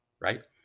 right